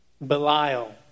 Belial